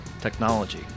technology